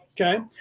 okay